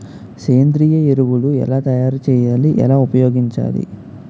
సేంద్రీయ ఎరువులు ఎలా తయారు చేయాలి? ఎలా ఉపయోగించాలీ?